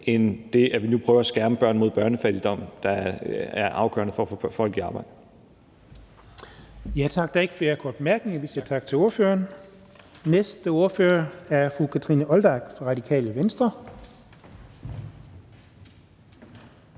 end det, at vi nu prøver at skærme børn mod børnefattigdom, der er afgørende for at få folk i arbejde.